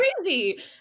crazy